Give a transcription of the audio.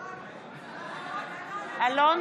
בעד